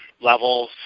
levels